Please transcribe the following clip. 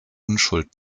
unschuld